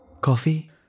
Coffee